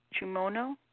Chumono